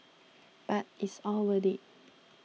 but it's all worth it